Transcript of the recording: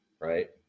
right